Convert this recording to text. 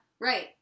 Right